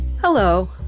Hello